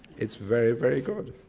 it's very, very good.